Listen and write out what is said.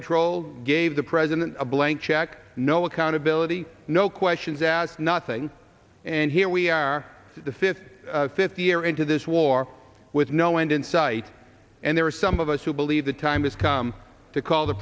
control gave the president a blank check no accountability no questions asked nothing and here we are the fifth fifth year into this war with no end in sight and there are some of us who believe the time has come to call the